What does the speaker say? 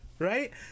right